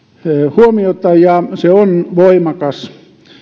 huomiota ja se on voimakas